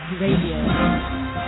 Radio